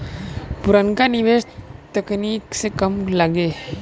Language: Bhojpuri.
पुरनका निवेस तकनीक से कम लगे